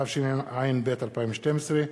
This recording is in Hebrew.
התשע"ב 2012,